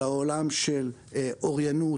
על העולם של אוריינות,